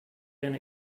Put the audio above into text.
been